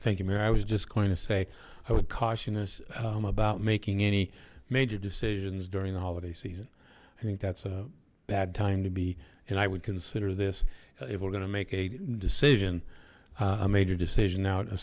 mira i was just going to say i would caution us about making any major decisions during the holiday season i think that's a bad time to be and i would consider this if we're gonna make a decision a major decision now